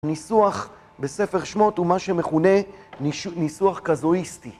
ניסוח בספר שמות הוא מה שמכונה ניסוח קזואיסטי.